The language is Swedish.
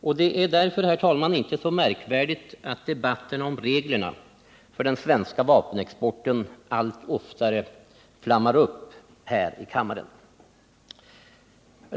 Och det är därför, herr talman, inte så märkvärdigt att debatten om reglerna för den svenska vapenexporten allt oftare flammar upp här i kammaren.